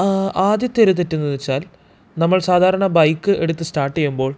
ആദ്യത്തെ ഒരു തെറ്റെന്തെന്ന് വെച്ചാൽ നമ്മൾ സാധാരണ ബൈക്ക് എടുത്ത് സ്റ്റാര്ട്ട് ചെയ്യുമ്പോൾ